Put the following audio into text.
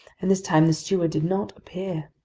and this time the steward did not appear.